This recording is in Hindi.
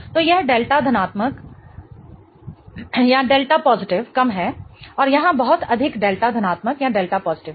तो यह डेल्टा धनात्मक कम है और यहां बहुत अधिक डेल्टा धनात्मक है